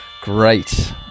Great